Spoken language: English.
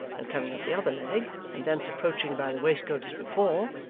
and coming up the other leg, and thence approaching by the waistcoat as before,